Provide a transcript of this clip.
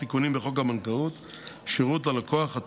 תיקונים בחוק הבנקאות (שירות ללקוח),